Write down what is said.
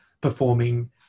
performing